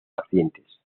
pacientes